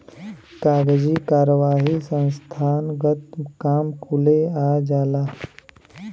कागजी कारवाही संस्थानगत काम कुले आ जाला